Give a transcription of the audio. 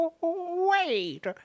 wait